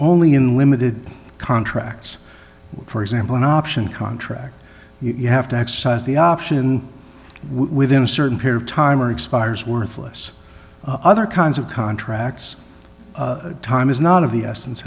only in limited contracts for example an option contract you have to exercise the option within a certain period timer expires worthless other kinds of contracts time is not of the essence